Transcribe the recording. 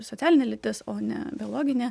socialinė lytis o ne biologinė